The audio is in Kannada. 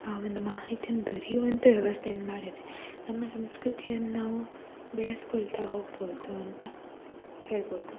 ಆ ಒಂದು ಮಾಹಿತಿಯನ್ನು ದೊರೆಯುವಂಥ ವ್ಯವಸ್ಥೆಯನ್ನು ಮಾಡಿದ್ರೆ ನಮ್ಮ ಸಂಸ್ಕೃತಿಯನ್ನು ನಾವು ಬೆಳೆಸಿಕೊಳ್ತಾ ಹೋಗ್ಬೌದು ಅಂತ ಹೇಳ್ಬೋದು